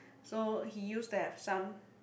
so he used that sum